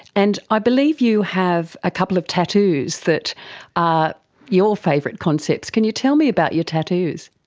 and i believe you have a couple of tattoos that are your favourite concepts. can you tell me about your tattoos?